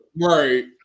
Right